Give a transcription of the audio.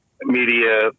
media